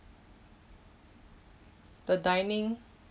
the dining